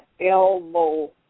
elbow